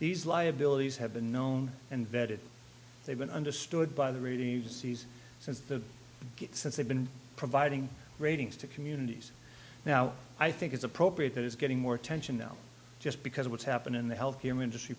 these liabilities have been known and vetted they've been understood by the rating agencies since the get since they've been providing ratings to communities now i think it's appropriate that it's getting more attention now just because of what's happened in the health care industry